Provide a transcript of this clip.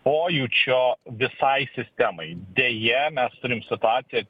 pojūčio visai sistemai deja mes turim situaciją